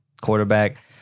quarterback